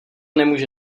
nemůže